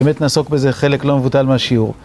באמת נעסוק בזה חלק לא מבוטל מהשיעור.